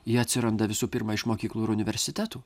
ji atsiranda visų pirma iš mokyklų ir universitetų